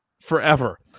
forever